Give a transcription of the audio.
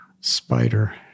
spider